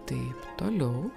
taip toliau